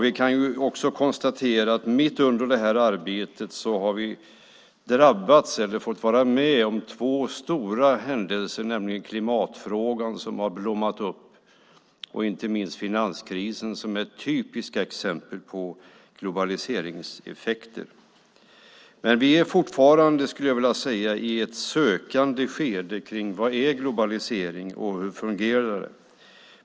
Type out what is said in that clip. Vi kan också konstatera att mitt under det här arbetet har vi fått vara med om två stora händelser, nämligen klimatfrågan som har blommat upp och inte minst finanskrisen som är typiska exempel på globaliseringseffekter. Men vi befinner oss fortfarande, skulle jag vilja säga, i ett sökande skede när det gäller vad globalisering är och hur den fungerar.